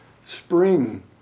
spring